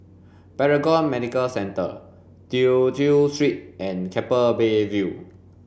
Paragon Medical Centre Tew Chew Street and Keppel Bay View